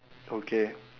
okay